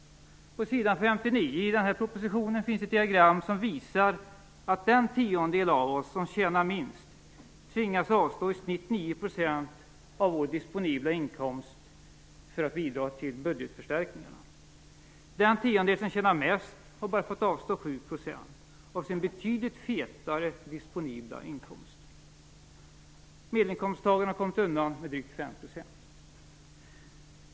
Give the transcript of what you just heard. På s. 59 finns ett diagram som visar att den tiondel av oss som tjänar minst har tvingats avstå i snitt 9 % av vår disponibla inkomst för att bidra till budgetförstärkningarna. Den tiondel som tjänar mest har bara fått avstå 7 % av sin betydligt fetare disponibla inkomst. Medelinkomsttagaren har kommit undan med drygt 5 %.